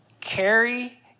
Carry